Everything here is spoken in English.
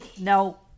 Now